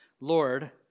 Lord